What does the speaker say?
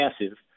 massive